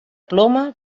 ploma